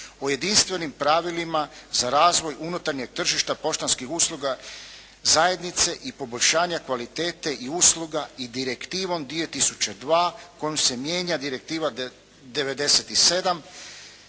O jedinstvenim pravilima za razvoj unutarnjeg tržišta poštanskih usluga zajednice i poboljšanja kvalitete i usluga i Direktivom 2002 kojom se mijenja Direktiva 97